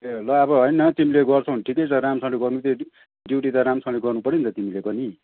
ए ल अब होइन तिमीले गर्छौँ भने ठिकै छ राम्रोसँगले गर्नु त्यति ड्युटी त राम्रोसँगले गर्नु पऱ्यो नि त तिमीले पनि